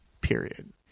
Period